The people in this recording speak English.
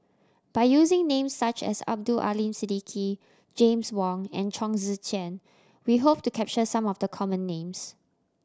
by using names such as Abdul Aleem Siddique James Wong and Chong Tze Chien we hope to capture some of the common names